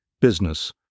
Business